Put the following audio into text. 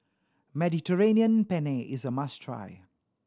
Mediterranean Penne is a must try